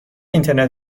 اینترنت